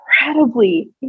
incredibly